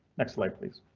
next slide, please.